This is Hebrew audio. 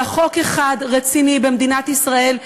אלא חוק אחד רציני במדינת ישראל,